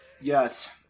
Yes